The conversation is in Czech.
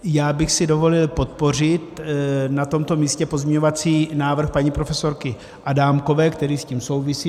Já bych si dovolil podpořit na tomto místě pozměňovací návrh paní profesorky Adámkové, který s tím souvisí.